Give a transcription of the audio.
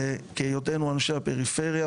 בהיותנו אנשי הפריפריה,